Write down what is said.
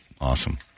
Awesome